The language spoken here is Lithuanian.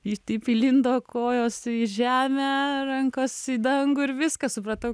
ir taip įlindo kojos į žemę rankos į dangų ir viskas supratau